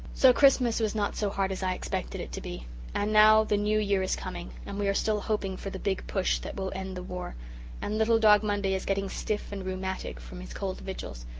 so christmas was not so hard as i expected it to be and now the new year is coming and we are still hoping for the big push that will end the war and little dog monday is getting stiff and rheumatic from his cold vigils,